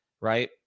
right